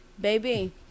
baby